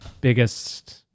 biggest –